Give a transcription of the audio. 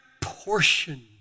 portion